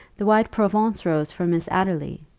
the white provence rose for miss adderly!